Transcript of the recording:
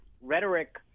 rhetoric